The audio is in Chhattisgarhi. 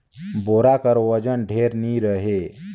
बोरा कर ओजन ढेर नी रहें